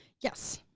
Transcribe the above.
yes.